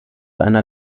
einer